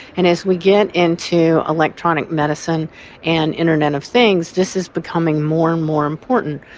and as we get into electronic medicine and internet of things, this is becoming more and more important.